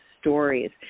stories